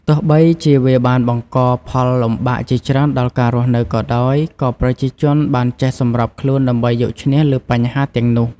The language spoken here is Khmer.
ទោះបីជាវាបានបង្កផលលំបាកជាច្រើនដល់ការរស់នៅក៏ដោយ ក៏ប្រជាជនបានចេះសម្របខ្លួនដើម្បីយកឈ្នះលើបញ្ហាទាំងនោះ។